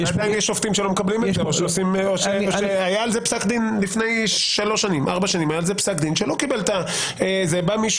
אני חושב שבכל מה שקשור לגבייה מתשלום יש שכר מימוש